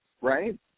right